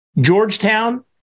Georgetown